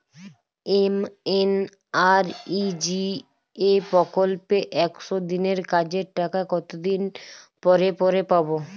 MNREGA প্রকল্পে একশ দিনের কাজের টাকা কতদিন পরে পরে পাব?